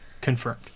Confirmed